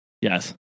yes